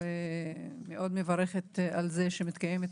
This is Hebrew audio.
אני מברכת מאוד על קיום הדיון.